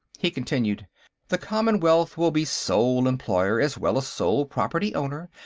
he continued the commonwealth will be sole employer as well as sole property-owner,